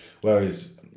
Whereas